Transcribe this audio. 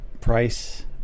Price